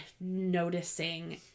noticing